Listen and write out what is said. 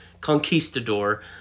conquistador